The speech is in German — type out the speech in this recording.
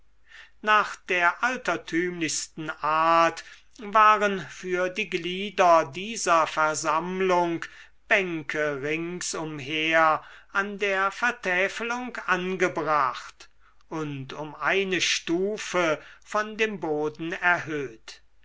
nach der altertümlichsten art waren für die glieder dieser versammlung bänke ringsumher an der vertäfelung angebracht und um eine stufe von dem boden erhöht